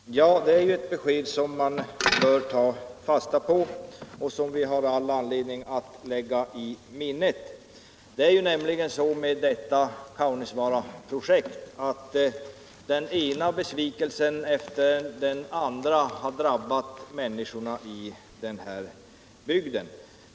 Herr talman! Det är ett besked som vi bör ta fasta på och som det finns all anledning att lägga på minnet. När det gäller Kaunisvaaraprojektet har den ena besvikelsen efter den andra drabbat människorna i bygden.